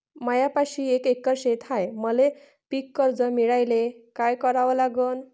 मायापाशी एक एकर शेत हाये, मले पीककर्ज मिळायले काय करावं लागन?